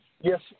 Yes